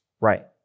Right